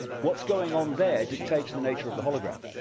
what's going on there dictates the nature of the hologram.